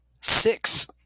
Six